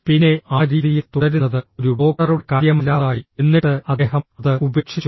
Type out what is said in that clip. പിന്നെ ആ രീതിയിൽ തുടരുന്നത് ഒരു ഡോക്ടറുടെ കാര്യമല്ലാതായി എന്നിട്ട് അദ്ദേഹം അത് ഉപേക്ഷിച്ചു